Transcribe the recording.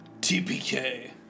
TPK